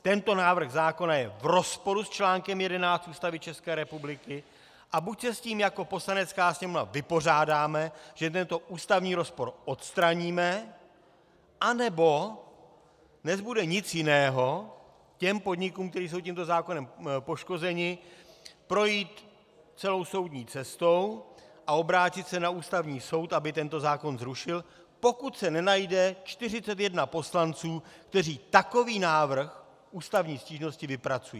Tento návrh zákona je v rozporu s článkem 11 Ústavy České republiky, a buď se s tím jako Poslanecká sněmovna vypořádáme, že tento ústavní rozpor odstraníme, anebo nezbude nic jiného těm podnikům, které jsou tímto zákonem poškozeny, projít celou soudní cestou a obrátit se na Ústavní soud, aby tento zákon zrušil, pokud se nenajde 41 poslanců, kteří takový návrh ústavní stížnosti vypracují.